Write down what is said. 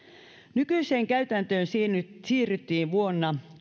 nykyiseen käytäntöön siirryttiin vuonna